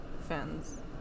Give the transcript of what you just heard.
fans